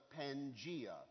Pangea